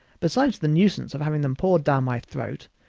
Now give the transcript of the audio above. beside the nuisance of having them poured down my throat,